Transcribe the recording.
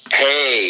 hey